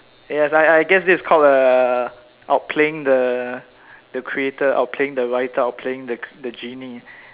yes I I guess this is called uh outplaying the the creator outplaying the writer outplaying the the genie